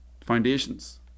foundations